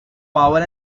power